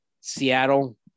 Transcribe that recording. Seattle